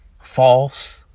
false